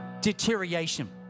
deterioration